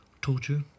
Torture